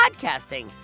podcasting